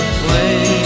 play